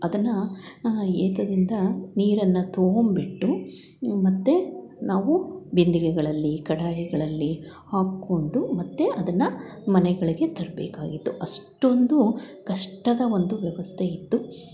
ಅದನ್ನು ಏತದಿಂದ ನೀರನ್ನು ತೊಗೊಂಡ್ಬಿಟ್ಟು ಮತ್ತು ನಾವು ಬಿಂದಿಗೆಗಳಲ್ಲಿ ಕಡಾಯಿಗಳಲ್ಲಿ ಹಾಕಿಕೊಂಡು ಮತ್ತು ಅದನ್ನು ಮನೆಗಳಿಗೆ ತರಬೇಕಾಗಿತ್ತು ಅಷ್ಟೊಂದು ಕಷ್ಟದ ಒಂದು ವ್ಯವಸ್ಥೆ ಇತ್ತು